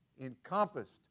encompassed